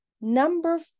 Number